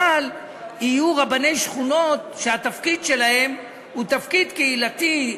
אבל יהיו רבני שכונות שהתפקיד שלהם הוא תפקיד קהילתי,